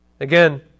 Again